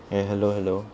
ya hello hello